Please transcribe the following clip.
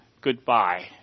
Goodbye